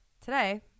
Today